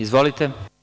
Izvolite.